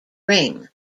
ring